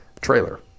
trailer